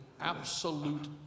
absolute